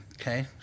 Okay